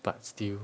but still